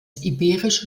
iberische